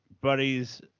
buddies